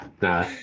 nah